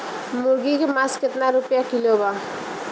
मुर्गी के मांस केतना रुपया किलो बा?